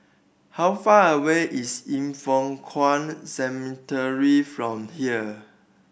how far away is Yin Foh Kuan Cemetery from here